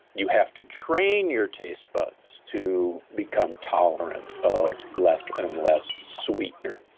you have to train your taste buds to become tolerant of less and less sweetener.